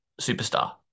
superstar